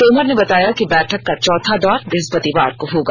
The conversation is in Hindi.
तोमर ने बताया कि बैठक का चौथा दौर बृहस्पतिवार को होगा